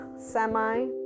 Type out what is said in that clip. Semi